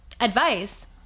advice